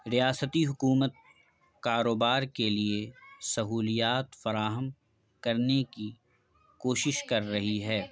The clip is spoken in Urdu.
ریاستی حکومت کاروبار کے لیے سہولیات فراہم کرنے کی کوشش کر رہی ہے